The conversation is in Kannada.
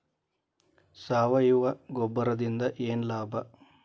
ಸಾವಯವ ಗೊಬ್ಬರದಿಂದ ಏನ್ ಲಾಭ?